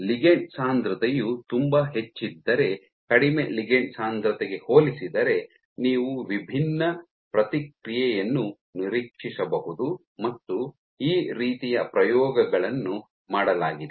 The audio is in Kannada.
ಲಿಗಂಡ್ ಸಾಂದ್ರತೆಯು ತುಂಬಾ ಹೆಚ್ಚಿದ್ದರೆ ಕಡಿಮೆ ಲಿಗಂಡ್ ಸಾಂದ್ರತೆಗೆ ಹೋಲಿಸಿದರೆ ನೀವು ವಿಭಿನ್ನ ಪ್ರತಿಕ್ರಿಯೆಯನ್ನು ನಿರೀಕ್ಷಿಸಬಹುದು ಮತ್ತು ಈ ರೀತಿಯ ಪ್ರಯೋಗಗಳನ್ನು ಮಾಡಲಾಗಿದೆ